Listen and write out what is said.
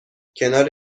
کنار